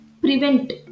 prevent